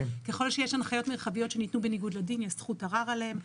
ככל שיש הנחיות מרחביות שניתנו בניגוד לדין יש זכות ערר עליהן,